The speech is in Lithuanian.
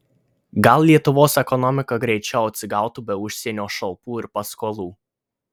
gal lietuvos ekonomika greičiau atsigautų be užsienio šalpų ir paskolų